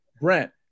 Brent